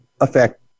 affect